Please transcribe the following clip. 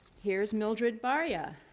here's mildred barya.